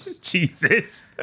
Jesus